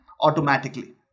automatically